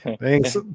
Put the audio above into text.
Thanks